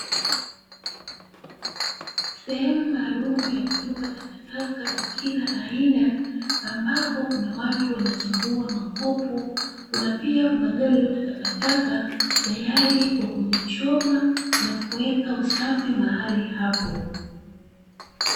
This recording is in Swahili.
Sehemu maalumu ya kutupa takataka za kila aina, ambapo kuna watu wanachambua makopo, pia kuna gari la takataka tayari kwa kuzichoma na kuweka safi mahali hapo.